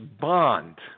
bond